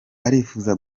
arifuza